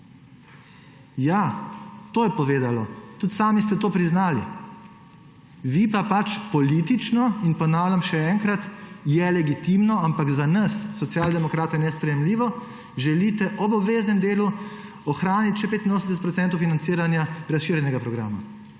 Ja, to je povedalo. Tudi sami ste to priznali. Vi pa želite politično – in ponavljam še enkrat, je legitimno, ampak za nas Social demokrate nesprejemljivo – ob obveznem delu ohraniti še 85 % financiranja razširjenega programa.